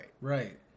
Right